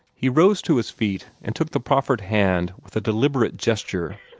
he rose to his feet, and took the proffered hand with a deliberate gesture,